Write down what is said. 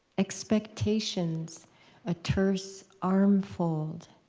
expectation's a terse arm-fold,